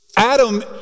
Adam